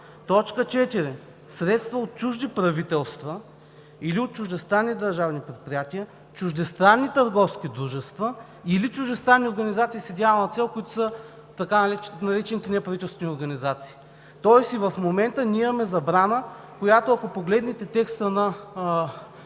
„т. 4. Средства от чужди правителства или от чуждестранни държавни предприятия, чуждестранни търговски дружества или чуждестранни организации с идеална цел, които са така наречените неправителствени организации“, тоест и в момента ние имаме забрана. Ако погледнете предложението